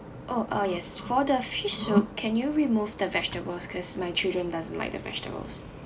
oh uh yes for the fish soup can you remove the vegetables cause my children doesn't like the vegetables